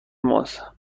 ماست